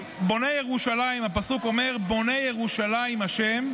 הפסוק אומר: "בונה ירושלים ה',